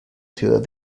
ciudad